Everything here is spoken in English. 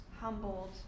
humbled